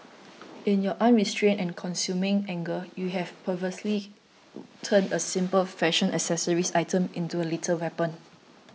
in your unrestrained and consuming anger you had perversely turned a simple fashion accessory item into a lethal weapon